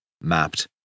mapped